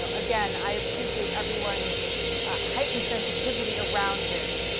ah again, i appreciate everyone's heightened sensitivity around this.